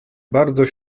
bardzo